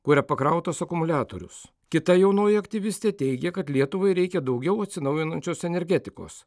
kuria pakrautas akumuliatorius kita jaunoji aktyvistė teigia kad lietuvai reikia daugiau atsinaujinančios energetikos